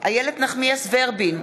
איילת נחמיאס ורבין,